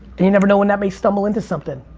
you never know when that may stumble into something.